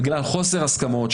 בגלל חוסר הסכמות,